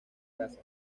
casa